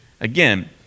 Again